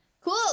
Cool